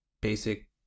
basic